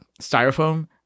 styrofoam